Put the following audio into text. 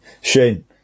shane